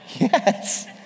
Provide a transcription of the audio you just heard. Yes